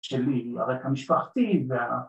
‫שלי, הרקע המשפחתי וה...